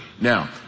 Now